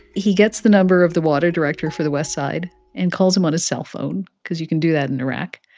he gets the number of the water director for the west side and calls him on his cell phone cause you can do that in iraq.